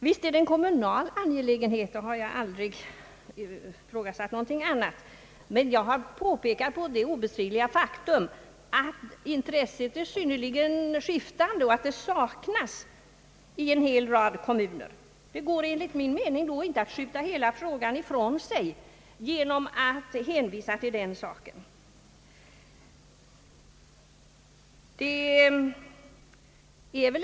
Visst är koloniträdgårdarna en kommunal angelägenhet — jag har aldrig ifrågasatt något annat — men jag har påpekat det obestridliga faktum att intresset ute i kommunerna är synnerligen skiftande och att det saknas helt i en rad kommuner. Det går då enligt min mening inte att skjuta hela frågan ifrån sig genom att hänvisa till kommunerna.